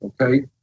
okay